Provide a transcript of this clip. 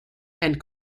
and